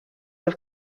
have